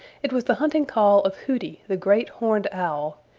it was the hunting call of hooty the great horned owl,